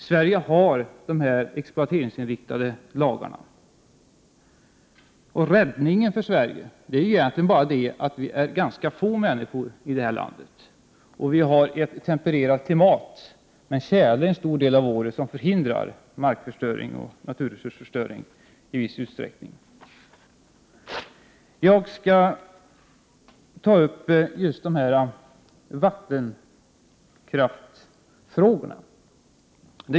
Sverige har dessa exploateringsinriktade lagar. Räddningen för Sverige är att vi är ganska få människor i det här landet och att vi har ett tempererat klimat med tjäle under en stor del av året, vilket i viss utsträckning förhindrar markförstöring och naturresursförstöring. Jag skall ta upp vattenkraftsfrågorna.